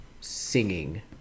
singing